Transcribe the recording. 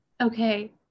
okay